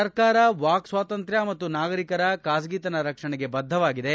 ಸರ್ಕಾರ ವಾಕ್ ಸ್ನಾತಂತ್ರ್ತ್ರ ಮತ್ತು ನಾಗರಿಕರ ಖಾಸಗಿತನ ರಕ್ಷಣೆಗೆ ಬದ್ದವಾಗಿದೆ